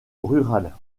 rurale